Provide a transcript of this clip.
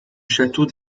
château